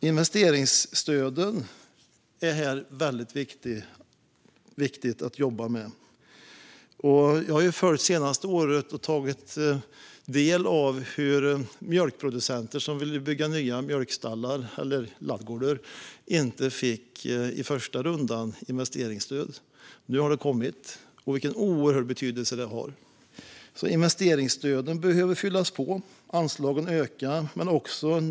Investeringsstöden är viktiga att jobba med. Jag har följt det senaste året och tagit del av hur mjölkproducenter som vill bygga nya mjölkstallar eller ladugårdar inte fick investeringsstöd i första rundan. Nu har det kommit, och det har en oerhörd betydelse. Investeringsstöden behöver fyllas på och anslagen ökas.